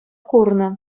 курнӑ